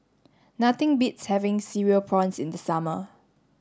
nothing beats having cereal prawns in the summer